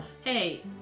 Hey